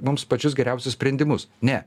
mums pačius geriausius sprendimus ne